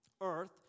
Earth